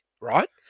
right